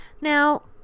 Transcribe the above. Now